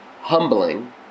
humbling